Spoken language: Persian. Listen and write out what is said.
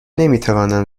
نمیتوانم